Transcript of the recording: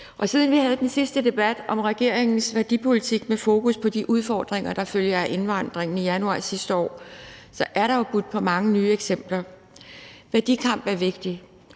Siden vi havde den sidste debat om regeringens værdipolitik med fokus på de udfordringer, der følger af indvandringen, i januar sidste år, har det budt på mange nye eksempler. Værdikamp er vigtig.